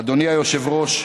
אדוני היושב-ראש,